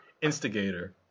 Instigator